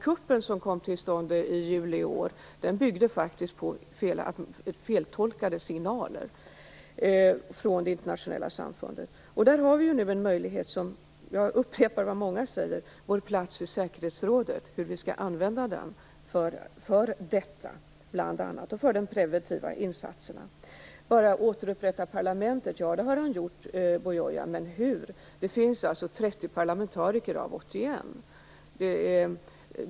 Kuppen i juli i år byggde faktiskt på feltolkade signaler från det internationella samfundet. Där har vi nu en möjlighet att göra något genom vår plats i säkerhetsrådet. Hur skall vi använda den för detta och för de preventiva insatserna? Buyoya har återupprättat parlamentet, men hur? Det finns 30 parlamentariker av 81.